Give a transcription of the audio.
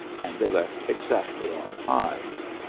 and they left exactly on time.